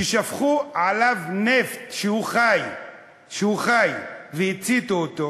ששפכו עליו נפט כשהוא חי והציתו אותו.